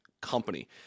company